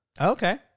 Okay